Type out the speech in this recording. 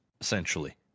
essentially